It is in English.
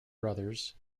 brothers